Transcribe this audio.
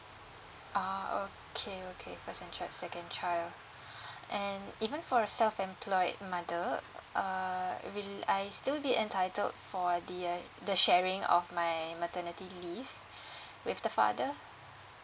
orh okay okay first and chi~ second child and even for a self employed mother err will I still be entitled for the uh the sharing of my maternity leave with the father